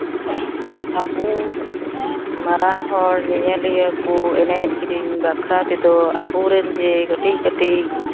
ᱟᱹᱵᱩ ᱢᱟᱨᱟᱝ ᱦᱚᱲ ᱧᱮᱧᱮᱞᱤᱭᱟᱹ ᱠᱚ ᱮᱱᱮᱡᱼᱥᱮᱨᱮᱧ ᱵᱟᱠᱷᱨᱟ ᱛᱮᱫᱚ ᱟᱵᱚ ᱨᱮᱱ ᱡᱮ ᱠᱟᱹᱴᱤᱡ ᱠᱟᱹᱴᱤᱡ